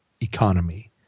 economy